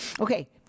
Okay